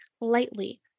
lightly